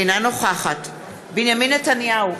אינה נוכחת בנימין נתניהו,